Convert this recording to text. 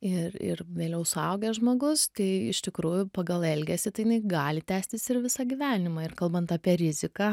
ir ir vėliau suaugęs žmogus tai iš tikrųjų pagal elgesį tai jinai gali tęstis ir visą gyvenimą ir kalbant apie riziką